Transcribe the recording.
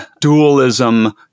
dualism